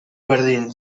berdin